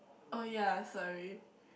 oh yeah sorry